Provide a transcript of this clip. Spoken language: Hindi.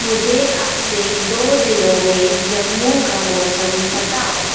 मुझे अब से दो दिनों में जम्मू का मौसम बताओ